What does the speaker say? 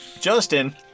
Justin